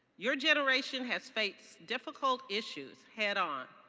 your generation has faced difficult issues head-on.